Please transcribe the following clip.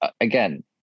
again